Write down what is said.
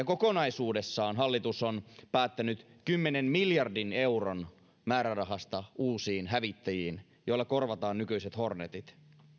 kokonaisuudessaan hallitus on päättänyt kymmenen miljardin euron määrärahasta uusiin hävittäjiin joilla korvataan nykyiset hornetit